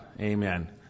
Amen